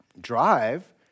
drive